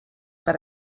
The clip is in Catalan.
per